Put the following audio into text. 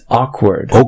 awkward